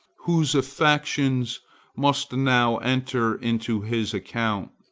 whose affections must now enter into his account.